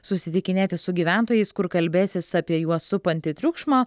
susitikinėti su gyventojais kur kalbėsis apie juos supantį triukšmą